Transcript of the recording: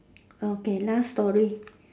okay last story